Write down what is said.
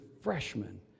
freshman